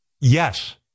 Yes